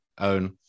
own